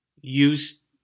use